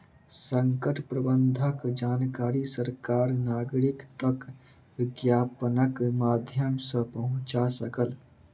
संकट प्रबंधनक जानकारी सरकार नागरिक तक विज्ञापनक माध्यम सॅ पहुंचा सकल